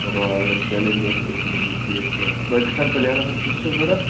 royal challengers ٲسمُج ٹھیٖک sir تۄہہِ کۭژن پٕلیرن ہٕنٛز کِژھ چھَو ضوٚرَتھ